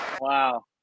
Wow